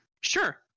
sure